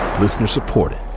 Listener-supported